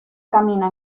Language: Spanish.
camina